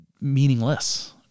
meaningless